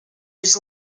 his